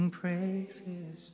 praises